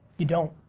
you don't.